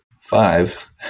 five